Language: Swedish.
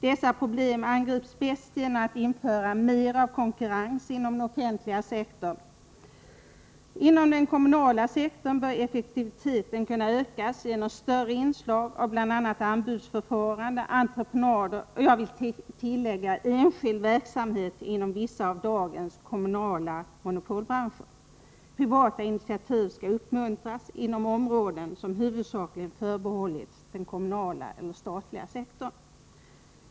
Dessa problem angrips bäst genom att införa mer av konkurrens inom den offentliga sektorns verksamhetsområden. Inom den kommunala sektorn bör effektiviteten kunna ökas genom större inslag av bl.a. anbudsförfarande, entreprenader och, vill jag tillägga, enskild verksamhet inom vissa av dagens kommunala monopolbranscher. Privata initiativ skall uppmuntras inom områden som huvudsakligen förbehållits den kommunala eller statliga sektorn.